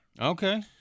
Okay